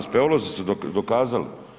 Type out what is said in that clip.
Speolozi su dokazali.